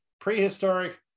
prehistoric